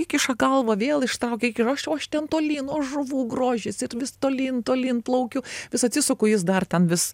įkiša galvą vėl ištraukia ir o aš ten toly o žuvų grožis ir vis tolyn tolyn plaukiu vis atsisuku jis dar ten vis